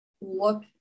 look